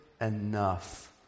enough